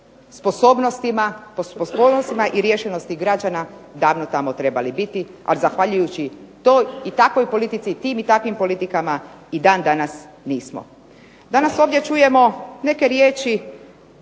sposobnostima i riješenosti građana davno tamo trebali biti. Ali zahvaljujući toj i takvoj politici, tim i takvim politikama i dan danas nismo. Danas ovdje čujemo neke riječi